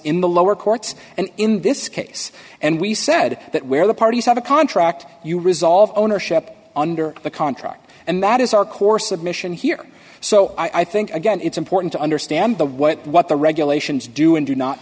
in the lower courts and in this case and we said that where the parties have a contract you resolve ownership under the contract and that is our core submission here so i think again it's important to understand the what what the regulations do and do not